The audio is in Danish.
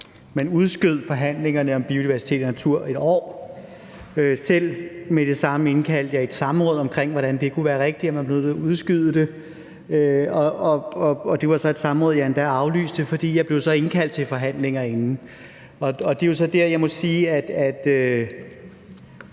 man udskød forhandlingerne om biodiversitet og natur et år. Med det samme indkaldte jeg til et samråd om, hvordan det kunne være rigtigt, at man blev ved med at udskyde det. Det var så et samråd, jeg endda aflyste, fordi jeg så blev indkaldt til forhandlinger inden. Det er så der, jeg må sige, at